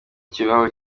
kibaho